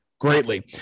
Greatly